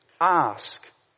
Ask